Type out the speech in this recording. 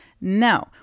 No